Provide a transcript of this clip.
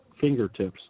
fingertips